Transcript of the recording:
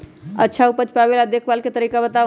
अच्छा उपज पावेला देखभाल के तरीका बताऊ?